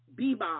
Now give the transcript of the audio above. bebop